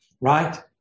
right